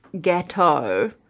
ghetto